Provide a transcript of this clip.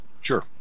Sure